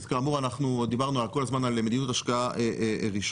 אז כאמור אנחנו כל הזמן דיברנו על מדיניות השקעה ראשונית